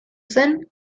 zen